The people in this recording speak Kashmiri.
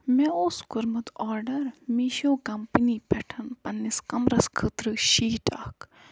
مےٚ اوس کوٚرمُت آرڈر مِشوٗ کَمپٔنی پٮ۪ٹھ پَنٕنِس کَمرَس خٲطرٕ شیٖٹ اَکھ